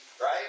right